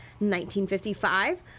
1955